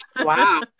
Wow